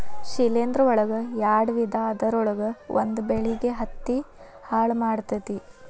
ಶಿಲೇಂಧ್ರ ಒಳಗ ಯಾಡ ವಿಧಾ ಅದರೊಳಗ ಒಂದ ಬೆಳಿಗೆ ಹತ್ತಿ ಹಾಳ ಮಾಡತತಿ